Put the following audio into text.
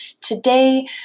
Today